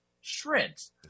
shreds